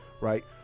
right